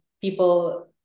people